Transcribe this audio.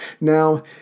Now